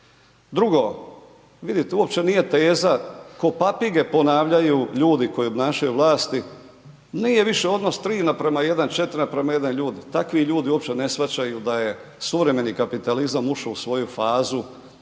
vidite uopće nije teza ko papige ponavljaju ljudi koji obnašaju vlast, nije više odnos 3:1, 4:1 ljudi, takvi ljudi uopće ne shvaćaju da je suvremeni kapitalizam ušao u svoju fazu